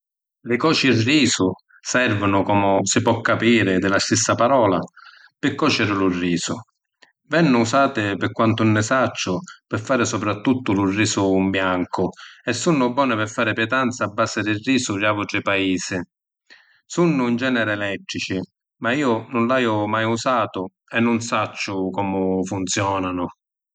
I còcirisu servinu, comu si po’ capiri di la stissa palora, pi còciri lu risu. Vennu usati, pi quantu nni sacciu, pi fari supratuttu lu risu ‘n biancu e sunnu boni pi fari pitanzi a basi di risu di autri paisi. Sunnu ‘n generi elettrici, ma iu nun l’haiu mai usatu e nun sacciu comu funzionanu.